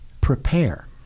prepare